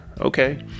Okay